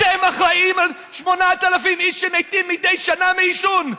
אתם אחראים ל-8,000 איש שמתים מדי שנה מעישון.